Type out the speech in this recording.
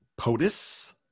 POTUS